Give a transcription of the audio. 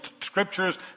scriptures